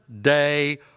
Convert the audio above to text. day